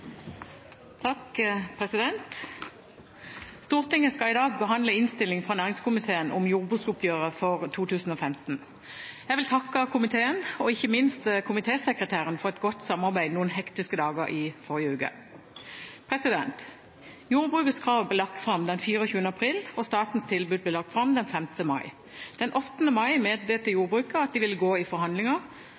Stortinget skal i dag behandle innstilling fra næringskomiteen om jordbruksoppgjøret for 2015. Jeg vil takke komiteen og ikke minst komitésekretæren for et godt samarbeid noen hektiske dager i forrige uke. Jordbrukets krav ble lagt fram 24. april, og statens tilbud ble lagt fram 5. mai. Den 8. mai meddelte jordbruket at de ville gå i forhandlinger.